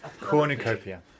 Cornucopia